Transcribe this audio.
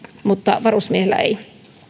mutta varusmiehillä ei